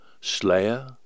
slayer